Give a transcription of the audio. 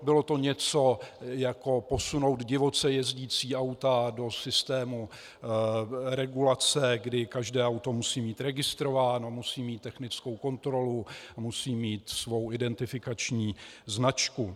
Bylo to něco jako posunout divoce jezdící auta do systému regulace, kdy každé auto musí být registrováno, musí mít technickou kontrolu a musí mít svou identifikační značku.